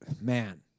man